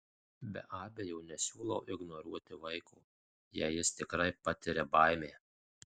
be abejo nesiūlau ignoruoti vaiko jei jis tikrai patiria baimę